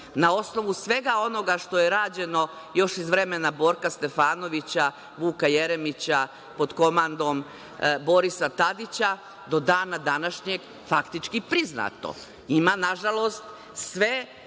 na osnovu svega onoga što je rađeno još iz vremena Borka Stefanovića, Vuka Jeremića, pod komandom Borisa Tadića, do dana današnjeg faktički priznato. Ima, nažalost, sve